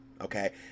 Okay